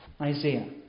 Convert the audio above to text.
Isaiah